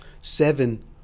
seven